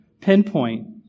pinpoint